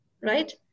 right